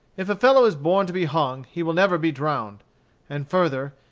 if a fellow is born to be hung he will never be drowned and further,